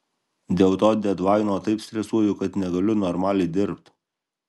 dėl to dedlaino taip stresuoju kad negaliu normaliai dirbt